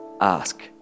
Ask